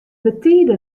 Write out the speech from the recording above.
betide